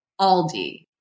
Aldi